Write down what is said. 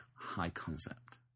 high-concept